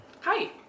Hi